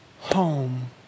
home